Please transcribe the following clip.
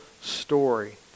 story